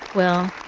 well,